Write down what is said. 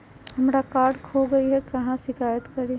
हमरा कार्ड खो गई है, कहाँ शिकायत करी?